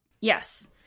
Yes